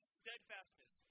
steadfastness